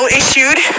issued